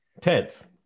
tenth